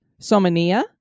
Somania